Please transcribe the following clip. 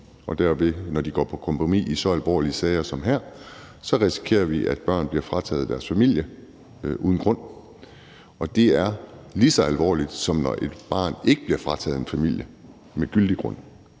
Og når de går på kompromis i så alvorlige sager som her, risikerer vi, at børn bliver taget fra deres familie uden grund, og det er lige så alvorligt, som når et barn ikke bliver taget fra en familie, hvis der er en gyldig grund.